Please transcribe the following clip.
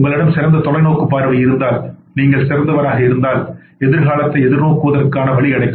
உங்களிடம் சிறந்த தொலைநோக்கு பார்வை இருந்தால் நீங்கள் சிறந்தவராக இருந்தால் எதிர்காலத்தை எதிர்நோக்குவதற்கான வழி கிடைக்கும்